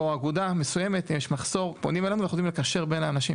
והאיגודים מחויבים להעביר את זה לכל האגודות בצורה ברורה,